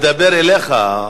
הוא מדבר אליך.